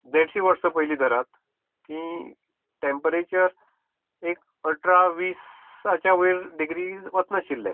देडशीं वर्सां पयली धरात की टेंपरेचर एक अठरा वीसाच्या वयर डिग्री वचनाशिल्ले